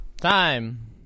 time